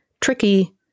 tricky